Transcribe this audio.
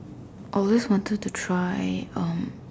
always wanted to try um